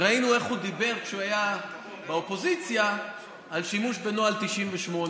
ראינו איך הוא דיבר כשהוא היה באופוזיציה על שימוש בנוהל 98,